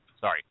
sorry